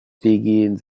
begins